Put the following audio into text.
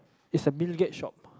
it's a Bill-Gate shop